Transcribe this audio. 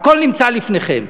הכול נמצא לפניכם.